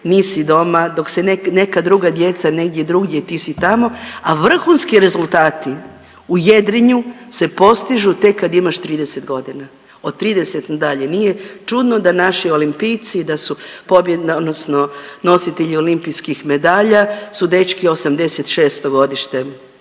nisi doma, dok se neka druga djeca negdje drugdje ti si tamo, a vrhunski rezultati u jedrenju se postižu tek kad imaš 30 godina, od 30 nadalje. Nije čudno da naši olimpijci i da su, odnosno nositelji olimpijskih medalja su dečki '86. godište,